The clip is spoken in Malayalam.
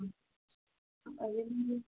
അ